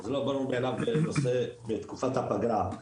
וזה לא ברור מאליו בתקופת הפגרה.